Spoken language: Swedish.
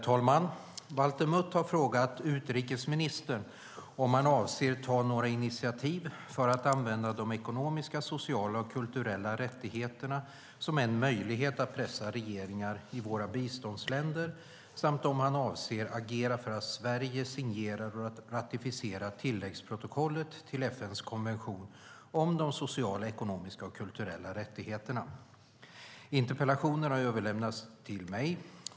Herr talman! Valter Mutt har frågat utrikesministern om han avser att ta några initiativ för att använda de ekonomiska, sociala och kulturella rättigheterna som en möjlighet att pressa regeringar i våra biståndsländer samt om han avser att agera för att Sverige signerar och ratificerar tilläggsprotokollet till FN:s konvention om de sociala, ekonomiska och kulturella rättigheterna. Interpellationen har överlämnats till mig.